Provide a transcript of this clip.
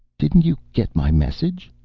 didn't you get my message?